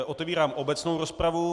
Otevírám obecnou rozpravu.